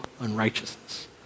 unrighteousness